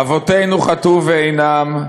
אבותינו חטאו ואינם,